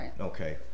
okay